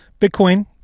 Bitcoin